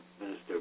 Minister